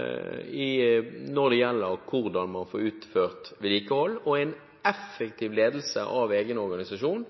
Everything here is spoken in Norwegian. når det gjelder hvordan man får utført vedlikehold, og en effektiv ledelse av egen organisasjon